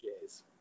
Jays